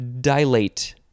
Dilate